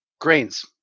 grains